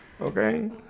Okay